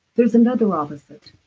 there's another opposite.